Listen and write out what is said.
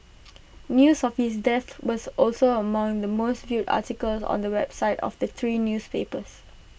news of his death was also among the most viewed articles on the websites of the three newspapers